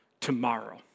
tomorrow